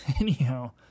Anyhow